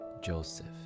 Joseph